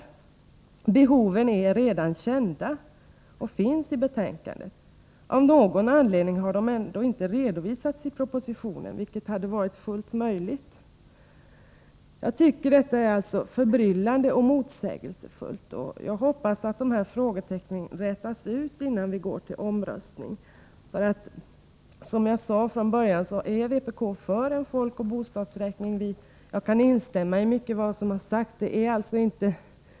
Behoven är redan kända och finns i betänkandet. Av någon anledning har de ändå inte redovisats i propositionen, vilket hade varit fullt möjligt. Jag tycker alltså att detta är förbryllande och motsägelsefullt, och jag hoppas att dessa frågetecken rätas ut, innan vi går till omröstning. Som jag sade från början är vpk för en folkoch bostadsräkning, och jag kan instämma i mycket av vad som har sagts.